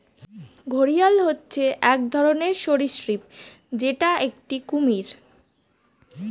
ঘড়িয়াল হচ্ছে এক ধরনের সরীসৃপ যেটা একটি কুমির